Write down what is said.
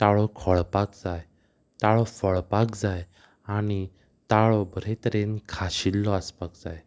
ताळो खोळपाक जाय ताळो फळपाक जाय आनी ताळो बरें तरेन घाशिल्लो आसपाक जाय